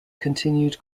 continued